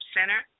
Center